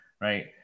right